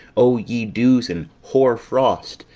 o ye dews and hoar frost,